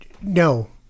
No